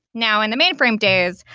now, in the mainframe days,